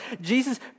jesus